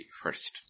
first